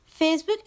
Facebook